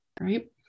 right